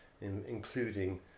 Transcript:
including